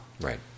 Right